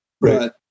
Right